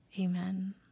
Amen